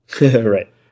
Right